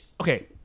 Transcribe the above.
Okay